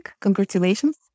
congratulations